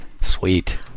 Sweet